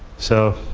so,